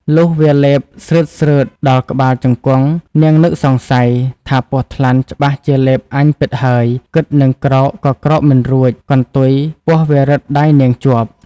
លុះវាលេបស្រឺតៗដល់ក្បាលជង្គង់នាងនឹកសង្ស័យ ថាពស់ថ្លាន់ច្បាស់ជាលេបអញពិតហើយ គិតនិងក្រោក ក៏ក្រោកមិនរួចកន្ទុយពស់វារឹតដៃនាងជាប់។